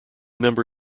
member